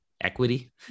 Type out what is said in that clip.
equity